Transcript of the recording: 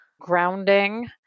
grounding